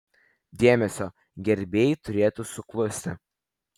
dėmesio gerbėjai turėtų suklusti